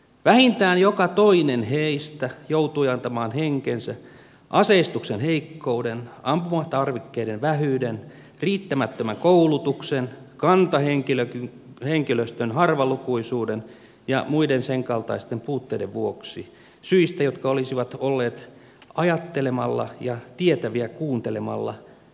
vähintään joka toinen heistä joutui antamaan henkensä aseistuksen heikkouden ampumatarvikkeiden vähyyden riittämättömän koulutuksen kantahenkilöstön harvalukuisuuden ja muiden sen kaltaisten puutteiden vuoksi syistä jotka olisivat olleet ajattelemalla ja tietäviä kuuntelemalla vältettävissä